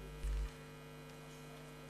(סימון ייעוד תרופה על